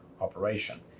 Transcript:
operation